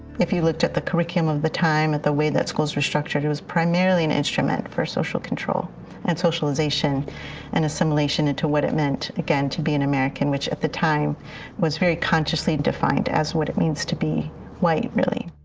if you looked at the curriculum of the time at the way that schools were structured, it was primarily an instrument for social control and socialization and assimilation into what it meant again to be an american which at the time was very consciously defined as what it means to be white, really.